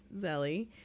Zelly